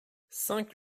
cinq